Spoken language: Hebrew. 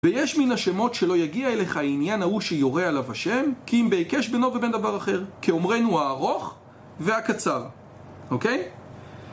ויש מן השמות שלא יגיע אליך העניין ההוא שיורה עליו השם כי אם בהיקש בינו ובין דבר אחר כאומרנו, הארוך והקצר אוקיי?